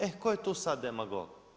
E tko je tu sad demagog?